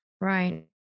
Right